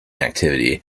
activity